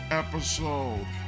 episode